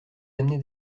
amené